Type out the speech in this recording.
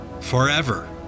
forever